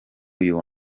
uyu